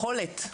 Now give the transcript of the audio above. יכולת,